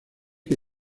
que